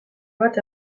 bat